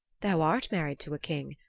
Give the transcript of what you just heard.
thou art married to a king,